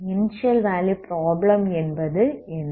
initial value problem என்பது என்ன